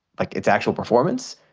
like its actual performance,